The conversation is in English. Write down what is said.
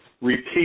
repeat